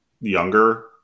younger